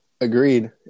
Agreed